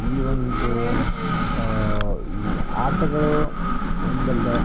ಈ ಒಂದು ಈ ಆಟಗಳು ಒಂದೊಳ್ಳೆ